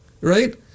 Right